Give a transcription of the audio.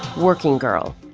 working g irl.